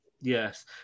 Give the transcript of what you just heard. Yes